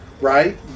right